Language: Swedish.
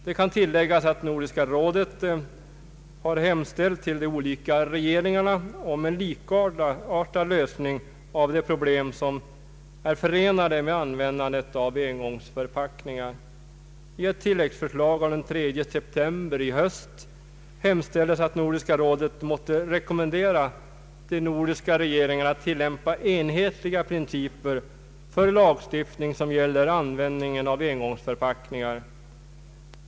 Det kan tilläggas att Nordiska rådet hemställt till de olika regeringarna om en likartad lösning av de problem som är förenade med användandet av engångsförpackningar. I ett tilläggsförslag av den 3 september i år hemställes att Nordiska rådet måtte rekommendera de nordiska regeringarna att tillämpa enhetliga principer för lagstiftning som gäller användningen av engångsförpackningar.